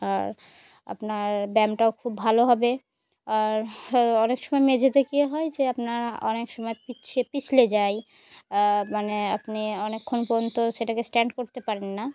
আর আপনার ব্যায়ামটাও খুব ভালো হবে আর অনেক সময় মেঝেতে কে হয় যে আপনার অনেক সময় পিছিয়ে পিছলে যায় মানে আপনি অনেকক্ষণ পর্যন্ত সেটাকে স্ট্যান্ড করতে পারেন না